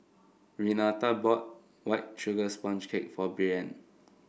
Renata bought White Sugar Sponge Cake for Breann